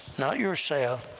not yourself,